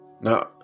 Now